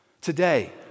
Today